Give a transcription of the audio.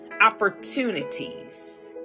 opportunities